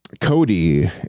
cody